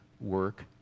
work